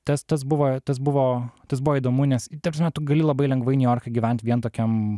tas tas buvo tas buvo tas buvo įdomu nes ta prasme tu gali labai lengvai niujorke gyvent vien tokiam